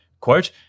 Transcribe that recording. quote